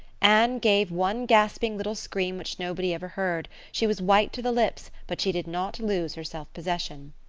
anne gave one gasping little scream which nobody ever heard she was white to the lips, but she did not lose her self-possession.